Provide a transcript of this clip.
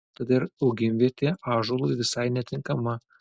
tad ir augimvietė ąžuolui visai netinkama